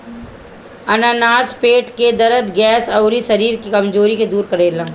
अनानास पेट के दरद, गैस, अउरी शरीर के कमज़ोरी के दूर करेला